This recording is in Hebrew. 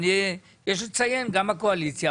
יש לציין שגם הקואליציה,